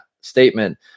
Statement